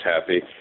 happy